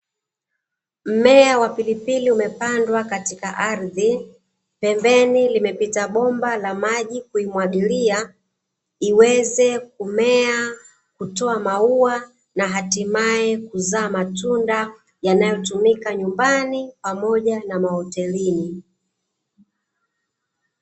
Mmea wa pilipili umepandwa katika ardhi, pembeni limepita bomba la maji kuimwagilia, iweze kumea, kutoa maua na hatimaye kuzaa matunda yanayotumika nyumbani pamoja na mahotelini.